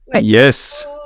yes